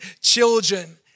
children